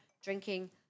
drinking